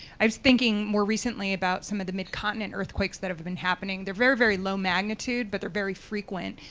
i was thinking more recently about some of the mid-continent earthquakes that have been happening. they are very, very low-magnitude, but they are very frequent.